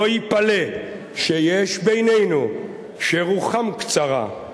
לא ייפלא שיש בינינו שרוחם קצרה,